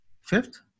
fifth